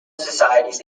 societies